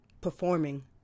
performing